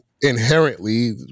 inherently